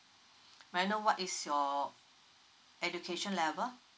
may I know what is your education level